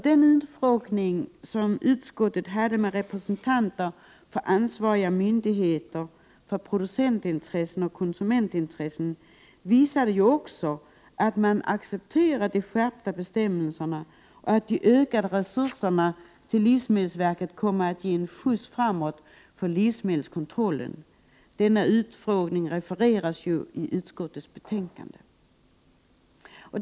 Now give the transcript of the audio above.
Den utfrågning utskottet hade med representanter för ansvariga myndigheter, producentintressen och konsumentintressen visade också att man accepterar de skärpta bestämmelserna och att de ökade resurserna till livsmedelsverket kommer att ge en skjuts framåt för livsmedelskontrollen. Denna utfrågning refereras också i utskottsbetänkandet.